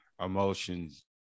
emotions